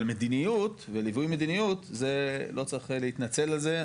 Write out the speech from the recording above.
אבל מדיניות וליווי מדיניות זה לא צריך להתנצל על זה,